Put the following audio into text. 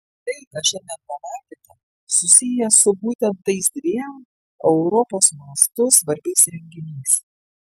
tai ką šiandien pamatėte susiję su būtent tais dviem europos mastu svarbiais renginiais